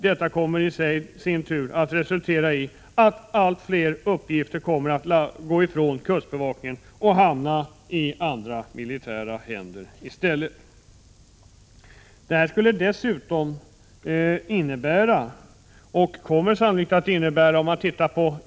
Detta kommer i sin tur att resultera i att allt fler uppgifter tas ifrån kustbevakningen och i stället hamnar i andra militära händer.